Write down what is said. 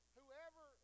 whoever